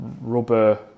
rubber